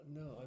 no